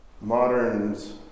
moderns